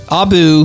abu